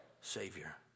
Savior